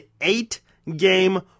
eight-game